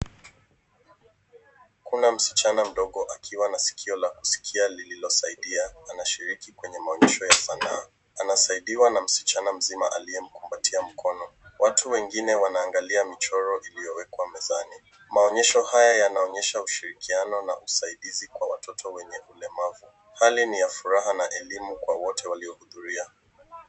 Kuna msichana mdogo akiwa na sikio la kusikia lililosaidia, anashikiri kwenye maonyesho ya sanaa. Anasaidiwa na msichana mzima aliyemkumbatia mkono. Watu wengine wanaangalia michoro iliyowekwa mezani. Maonyesho hawa yanaonyesha ushirikiano na usaidizi kwa watoto wenye ulemavu. Hali ni ya furaha na elimu kwa wote waliohudhuria.